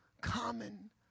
common